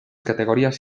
categorías